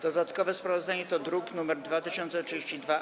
Dodatkowe sprawozdanie to druk nr 2032-A.